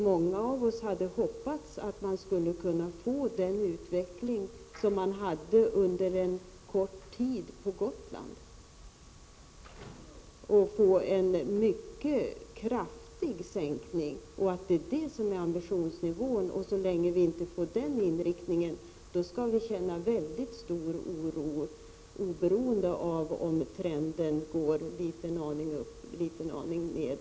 Många av oss hade hoppats att vi skulle kunna få en sådan utveckling som man hade under en kort tid på Gotland och därigenom få en mycket kraftig sänkning. Det är det som bör vara ambitionsnivån. Så länge vi inte får den inriktningen skall vi känna mycket stor oro, oberoende av om trenden går en liten aning upp eller en liten aning ned.